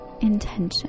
intention